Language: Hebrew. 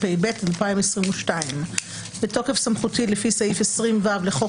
התשפ"ב-2022 בתוקף סמכותי לפי סעיף 20(ו) לחוק